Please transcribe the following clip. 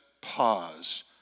pause